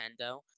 Nintendo